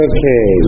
Okay